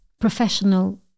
professional